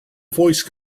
voice